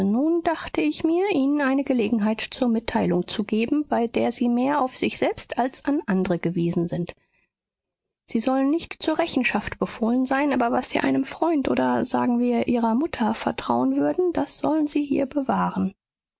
nun dachte ich mir ihnen eine gelegenheit zur mitteilung zu geben bei der sie mehr auf sich selbst als an andre gewiesen sind sie sollen nicht zur rechenschaft befohlen sein aber was sie einem freund oder sagen wir ihrer mutter vertrauen würden das sollen sie hier bewahren